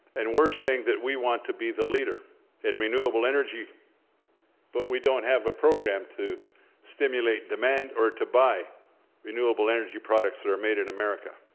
and we're saying that we want to be the leader in renewable energy but we don't have a program to stimulate demand or to buy renewable energy products that are made in america.